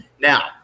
Now